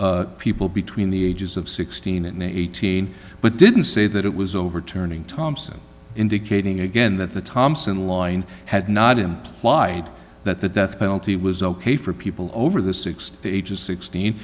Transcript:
of people between the ages of sixteen and eighteen but didn't say that it was overturning thompson indeed hating again that the thompson line had not implied that the death penalty was ok for people over the sixty ages sixteen